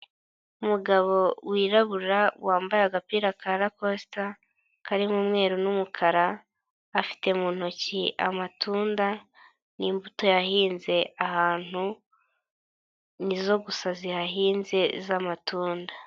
Umugabo wirabura wambaye agapira ka rakosita, karimo umweru n'umukara, afite mu ntoki amatunda, n'imbuto yahinze ahantu, nizo gusa zihahinze z'amatunda.